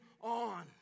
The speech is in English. on